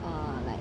or like